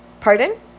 Pardon